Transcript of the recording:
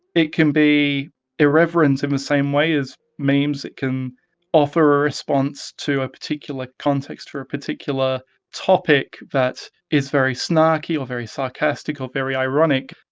it can be irreverent in the same way as memes, it can offer a response to a particular context or a particular topic that is very snarky or very sarcastic or very ironic.